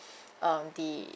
mm the